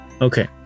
Okay